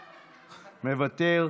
מוותר,